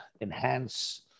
enhance